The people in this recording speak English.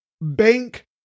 bank